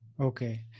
Okay